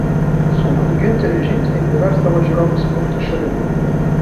sunkūs giunterio žingsniai priversdavo žiūrovus sprukti šalin